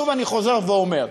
שוב אני חוזר ואומר: